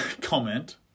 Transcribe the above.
comment